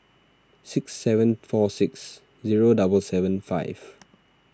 six seven four six seven seven five